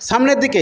সামনের দিকে